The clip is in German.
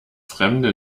fremde